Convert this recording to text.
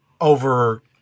over